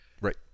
Right